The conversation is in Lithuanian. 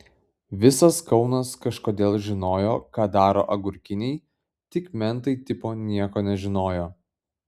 visas kaunas kažkodėl žinojo ką daro agurkiniai tik mentai tipo nieko nežinojo